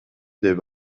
деп